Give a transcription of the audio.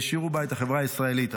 והעשירו בה את החברה הישראלית.